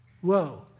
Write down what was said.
Whoa